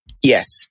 Yes